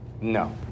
No